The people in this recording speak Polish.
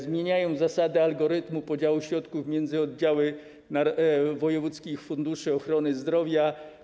Zmieniają się zasady algorytmu podziału środków między oddziały wojewódzkich funduszy ochrony zdrowia.